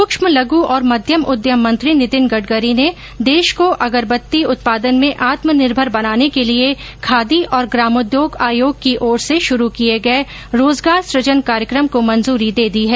सुक्ष्म लघ् और मध्यम उद्यम मंत्री नितिन गडकरी ने देश को अगरबत्ती उत्पादन में आत्मनिर्भर बनाने के लिए खादी और ग्रामोद्योग आयोग की ओर से शुरु किये गए रोजगार सृजन कार्यक्रम को मंजूरी दे दी है